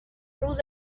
روز